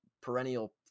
perennial